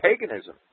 paganism